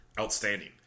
outstanding